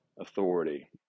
authority